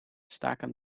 staken